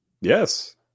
Yes